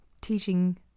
teaching